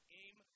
aim